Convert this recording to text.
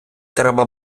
треба